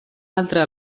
altre